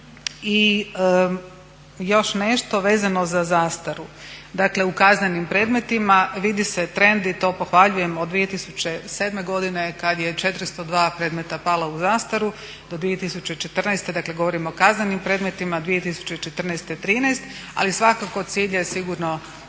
I još nešto vezano za zastaru. Dakle u kaznenim predmetima vidi se trend i to pohvaljujem od 2007.godine kad je 402 predmeta palo u zastaru, do 2014., dakle govorim o kaznenim predmetima, 2014. 13 ali svakako cilj je sigurno